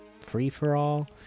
Free-for-All